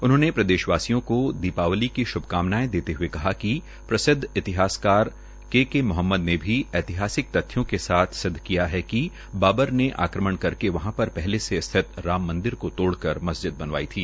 उन्होंने प्रदेशवासियों को दीपावली की शुभकामनाएं देते हए कहा कि प्रसिद्ध इतिहासकार श्री केके मोहम्मद ने भी ऐतिहासिक तथ्यों के साथ सिद्ध किया है कि बाबर ने आक्रमण करके वहां पर पहले से स्थित राम मंदिर को तोडक़र मस्जिद बनवाई थी